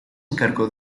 encargó